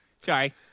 Sorry